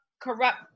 corrupt